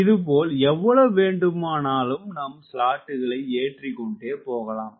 இது போல் எவ்வளவு வேண்டுமானாலும் நாம் ஸ்லாட்டுகளை ஏற்றிக்கொண்டே போகலாம்